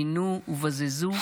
עינו ובזזו,